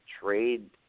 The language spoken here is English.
Trade